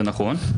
זה נכון,